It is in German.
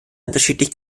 unterschiedlich